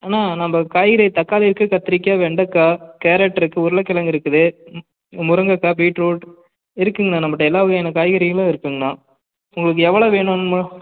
அண்ணா நம்ம காய்கறி தக்காளி இருக்குது கத்தரிக்கா வெண்டக்காய் கேரட்ருக்கு உருளக்கிழங்கு இருக்குது முருங்கக்காய் பீட்ரூட் இருக்குங்கணா நம்மள்ட்ட எல்லா வகையான காய்கறிகளும் இருக்குங்கணா உங்களுக்கு எவ்வளோ வேணும் மு